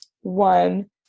One